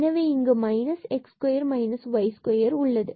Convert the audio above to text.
எனவே இங்கு minus x square minus y square நம்மிடம் உள்ளது